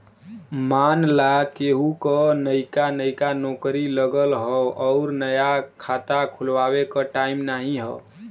मान ला केहू क नइका नइका नौकरी लगल हौ अउर नया खाता खुल्वावे के टाइम नाही हौ